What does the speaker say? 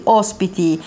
ospiti